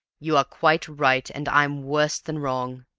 you are quite right and i'm worse than wrong.